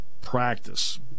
practice